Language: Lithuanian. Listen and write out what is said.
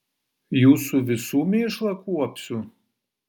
jūsų visų mėšlą kuopsiu